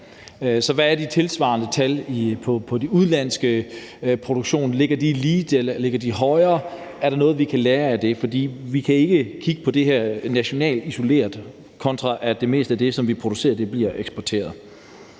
Hvad er de tilsvarende tal for de udenlandske produktioner? Ligger de på samme niveau? Ligger de højere? Er der noget, vi kan lære? For vi kan ikke kigge på det her isoleret til det nationale, når det meste af det, vi producerer, bliver eksporteret.